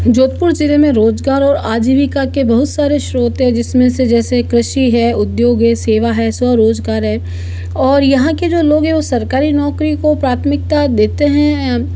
जोधपुर जिले में रोजगार और आजीवीका के बहुत सारे स्रोत है जिसमें से जैसे कृषि है उद्योग है सेवा है सौ रोजगार है और यहाँ के जो लोग है वो सरकारी नौकरी को प्राथमिकता देते हैं